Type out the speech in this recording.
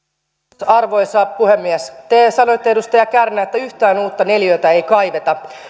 arvoisa puhemies te sanoitte edustaja kärnä että yhtään uutta neliötä ei kaiveta